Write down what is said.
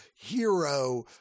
hero